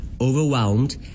overwhelmed